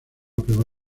prueba